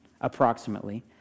approximately